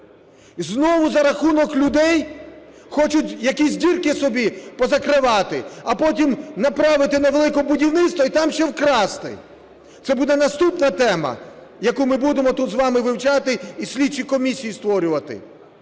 Знову за рахунок людей хочуть якісь дірки собі позакривати, а потім направити на велике будівництво і там ще вкрасти. Це буде наступна тема, яку ми будемо тут з вами вивчати, і слідчі комісії створювати.